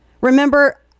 Remember